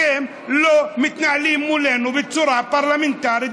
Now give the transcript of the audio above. אתם לא מתנהלים מולנו בצורה פרלמנטרית,